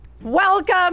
Welcome